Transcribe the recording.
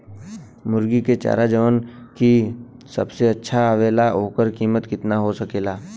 मुर्गी के चारा जवन की सबसे अच्छा आवेला ओकर कीमत केतना हो सकेला?